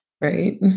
right